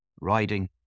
riding